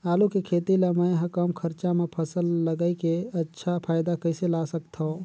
आलू के खेती ला मै ह कम खरचा मा फसल ला लगई के अच्छा फायदा कइसे ला सकथव?